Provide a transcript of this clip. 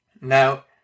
Now